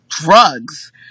drugs